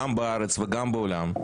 גם בארץ וגם בעולם,